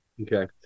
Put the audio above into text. Okay